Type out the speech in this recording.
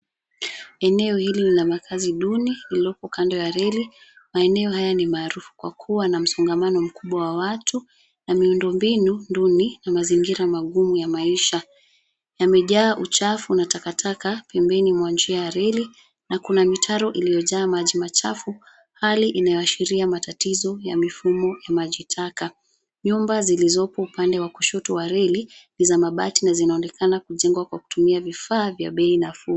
Eneo hili lina makaazi duni liloko kando ya reli. Meneo haya ni maarufu kwa kuwa na msongamano mkubwa wa watu na miono mbinu duni na mazinigira magumu ya maisha. Yamejaa uchafu na takataka pembeni mwa njia ya reli na kuna mitaro iliyojaa maji machafu, hali inayoashiria ya matatizo ya mifumo ya maji taka. Nyumba zilzopo upande wa kushoto wa reli ni za mabati na zinaonekana kujengwa kwa kutumia vifaa vya bei nafuu.